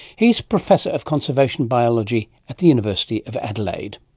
he is professor of conservation biology at the university of adelaide.